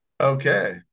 okay